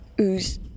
ooze